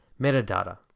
metadata